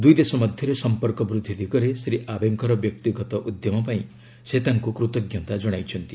ଦୁଇଦେଶ ମଧ୍ୟରେ ସମ୍ପର୍କ ବୃଦ୍ଧି ଦିଗରେ ଶ୍ରୀ ଆବେଙ୍କର ବ୍ୟକ୍ତିଗତ ଉଦ୍ୟମ ପାଇଁ ସେ ତାଙ୍କୁ କୃତଜ୍ଞତା ଜଣାଇଛନ୍ତି